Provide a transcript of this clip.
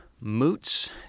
Moots